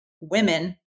women